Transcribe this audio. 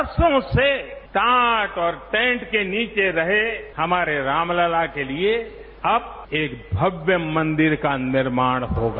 बरसों से टाट और टेंट के नीचे रहे हमारे राम लला के लिए अब एक भव्य मंदिर का निर्माण होगा